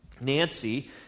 Nancy